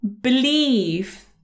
believe